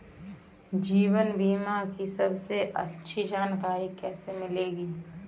जीवन बीमा की सबसे अच्छी जानकारी कैसे मिलेगी?